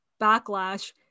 backlash